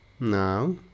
Now